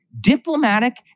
diplomatic